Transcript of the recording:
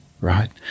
right